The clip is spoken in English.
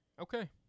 Okay